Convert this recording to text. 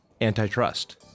antitrust